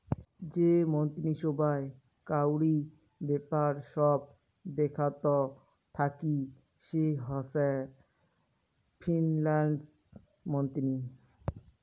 যে মন্ত্রী সভায় কাউরি ব্যাপার সব দেখাত থাকি সে হসে ফিন্যান্স মন্ত্রী